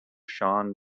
sean